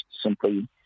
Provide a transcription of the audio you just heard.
simply